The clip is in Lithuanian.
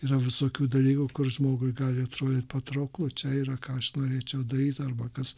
yra visokių dalykų kur žmogui gali atrodyt patrauklu čia yra ką aš norėčiau daryt arba kas